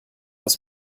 aus